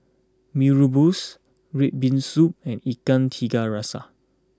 Mee Rebus Red Bean Soup and Ikan Tiga Rasa